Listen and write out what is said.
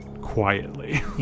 quietly